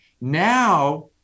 Now